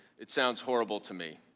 it sounds horrible to me.